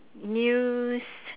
news